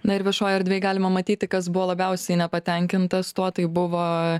na ir viešoj erdvėj galima matyti kas buvo labiausiai nepatenkintas tuo tai buvo